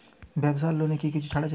ব্যাবসার লোনে কি কিছু ছাড় আছে?